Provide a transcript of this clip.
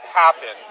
happen